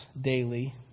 daily